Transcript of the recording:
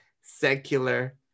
secular